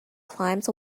climbs